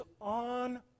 on